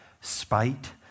spite